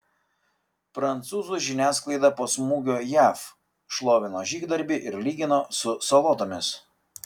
prancūzų žiniasklaida po smūgio jav šlovino žygdarbį ir lygino su salotomis